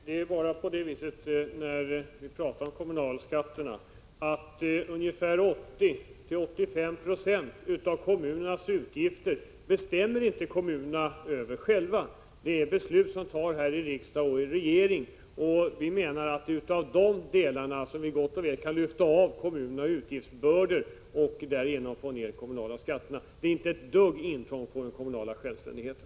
Fru talman! När det gäller kommunalskatterna ligger det så till att 80-85 90 av kommunernas utgifter är sådant som kommunerna inte bestämmer över själva, utan dessa utgifter beslutas av riksdag och regering. Vi menar att man av dessa delar gott och väl kunde lyfta av kommunerna utgiftsbördor för att därigenom sänka de kommunala skatterna. Det vore inte alls något intrång i den kommunala självständigheten.